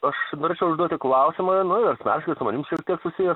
aš norėčiau užduoti klausimą nu asmeniškai su manim šiek tiek susijęs